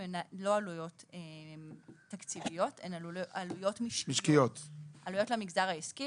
הן עלויות משקיות, עלויות למגזר העסקי.